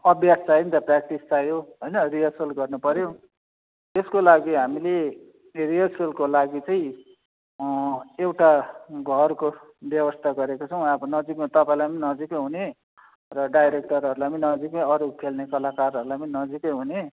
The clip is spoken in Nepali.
अभ्यास चाहियो नि त प्र्याक्टिस चाहियो होइन रिहर्सल गर्नुपर्यो त्यसको लागि हामीले रिहर्सलको लागि चाहिँ एउटा घरको व्यवस्था गरेका छौँ अब नजिकमा तपाईँलाई पनि नजिकै हुने र डाइरेक्टरहरूलाई पनि नजिकै अरू खेल्ने कलाकारहरूलाई पनि नजिकै हुने